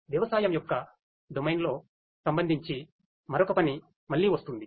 వ్యవసాయం యొక్క డొమైన్లో సంబంధించి మరొక పని మళ్ళీ వస్తుంది